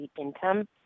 income